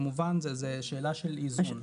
זו כמובן שאלה של איזון.